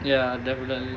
ya definitely